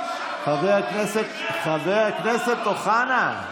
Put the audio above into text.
חבר הכנסת אוחנה.